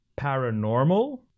paranormal